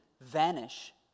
vanish